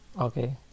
Okay